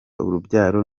urubyaro